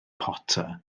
potter